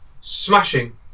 smashing